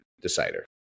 decider